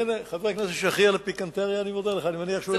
אני אומר לך מאיפה המקור הכספי.